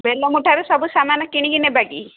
ବେଲଙ୍ଗ ଠାରୁ ସବୁ ସାମାନ କିଣିକି ନେବା କି